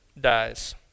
dies